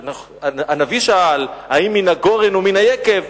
הנביא שאל: האם מן הגורן או מן היקב?